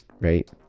right